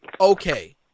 okay